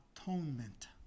atonement